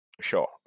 Sure